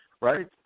right